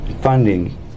funding